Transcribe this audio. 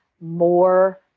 more